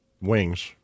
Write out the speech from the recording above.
Wings